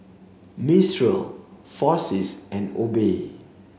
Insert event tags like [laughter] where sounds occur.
Mistral [unintelligible] and Obey